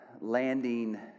landing